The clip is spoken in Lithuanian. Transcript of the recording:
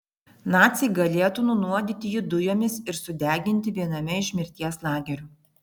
naciai galėtų nunuodyti jį dujomis ir sudeginti viename iš mirties lagerių